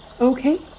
Okay